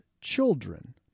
children